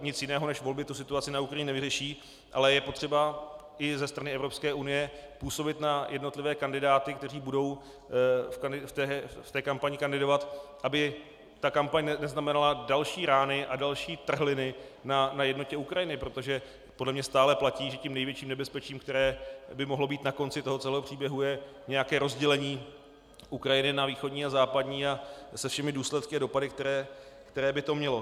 Nic jiného než volby situaci na Ukrajině nevyřeší, ale je potřeba i ze strany Evropské unie působit na jednotlivé kandidáty, kteří budou v té kampani kandidovat, aby ta kampaň neznamenala další rány a další trhliny na jednotě Ukrajiny, protože podle mě stále platí, že tím největším nebezpečím, které by mohlo být na konci celého příběhu, je nějaké rozdělení Ukrajiny na východní a západní, se všemi důsledky a dopady, které by to mělo.